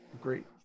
great